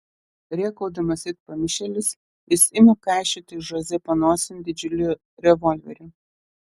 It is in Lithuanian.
rėkaudamas it pamišėlis jis ima kaišioti žoze panosėn didžiulį revolverį